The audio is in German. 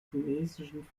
tunesischen